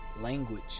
language